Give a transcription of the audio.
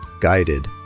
guided